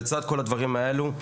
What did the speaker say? לצד כל הדברים האלו,